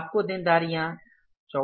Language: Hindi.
आपको देनदारियाँ 44850 दी जाती हैं